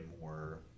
more